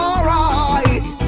Alright